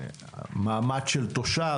מעמד של תושב,